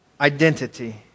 identity